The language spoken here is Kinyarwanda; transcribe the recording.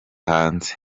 hanze